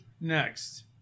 next